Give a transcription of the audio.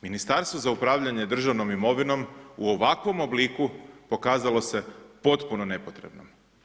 Ministarstvo za upravljanje državnom imovinom u ovakvom obliku pokazalo se potpuno nepotrebnim.